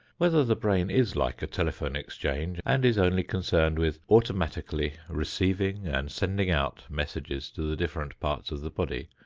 whether the brain is like a telephone exchange and is only concerned with automatically receiving and sending out messages to the different parts of the body,